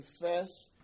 confess